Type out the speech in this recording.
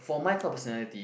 for my core personality